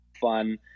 fun